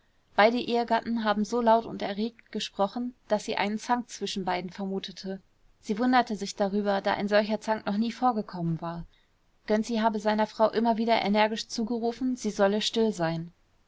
beide ehegatten haben so laut und erregt gesprochen daß sie einen zank zwischen beiden vermutete sie wunderte sich darüber da ein solcher zank noch nie vorgekommen war gönczi habe seiner frau immer wieder energisch zugerufen sie solle still sein